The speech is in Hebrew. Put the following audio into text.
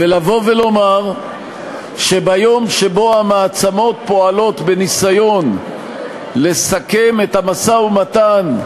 ולבוא ולומר שביום שבו המעצמות פועלות בניסיון לסכם את המשא-ומתן,